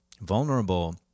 vulnerable